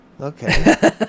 Okay